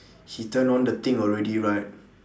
he turn on the thing already right